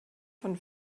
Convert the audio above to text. von